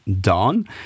done